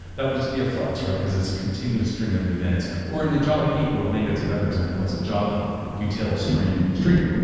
that would just be a flux, because it's a continuous stream of events. or in the java eight world, maybe that's a better example. it's a java util stream stream